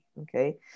okay